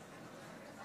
חברי